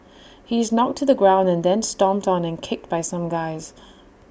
he is knocked to the ground and then stomped on and kicked by some guys